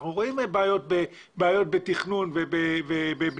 ואנחנו רואים בעיות בתכנון ובבנייה.